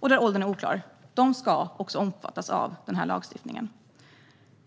men där åldern är oklar, också ska omfattas av lagstiftningen.